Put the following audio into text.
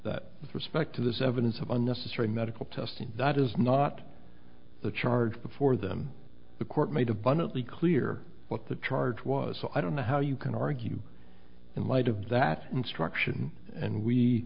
with respect to the servants of unnecessary medical testing that is not the charge before them the court made abundantly clear what the charge was so i don't know how you can argue the might of that instruction and we